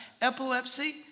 epilepsy